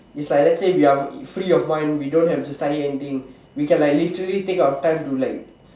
it's like let's say we are free of mind we don't have to study anything we can like literally take our time to like